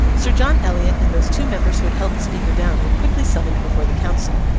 sir john eliot and those two members who had held the speaker down, were quickly summoned before the council.